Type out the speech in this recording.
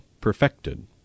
perfected